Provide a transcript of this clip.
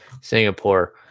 Singapore